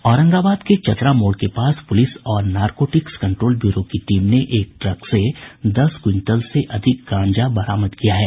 औरंगाबाद के चतरा मोड़ के पास पुलिस और नारकोटिक्स कंट्रोल ब्यूरो की टीम ने एक ट्रक से दस क्विंटल से अधिक गांजा बरामद किया है